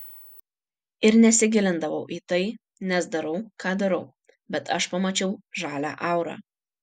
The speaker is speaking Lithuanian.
ir nesigilindavau į tai nes darau ką darau bet aš pamačiau žalią aurą